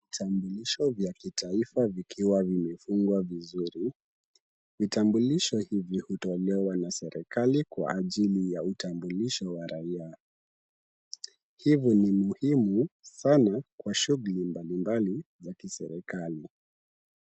Vitambulisho vya kitaifa vikiwa vimefungwa vizuri. Vitambulisho hivyo hutolewa na serikali kwa ajili ya utambulisho wa raia. Hivyo ni muhimu sana kwa shughuli mbalimbali za kiserikali.